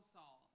Saul